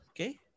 okay